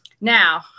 Now